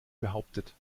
behauptet